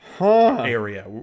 area